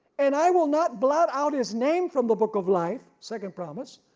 and i will not blot out his name from the book of life second promise,